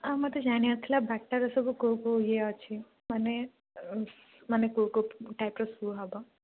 ଆଉ ମୋତେ ଜାଣିବାର ଥିଲା ବାଟା ର ସବୁ କେଉଁ କେଉଁ ଇଏ ଅଛି ମାନେ ମାନେ କେଉଁ କେଉଁ ଟାଇପ ର ଶୁଜ ହେବ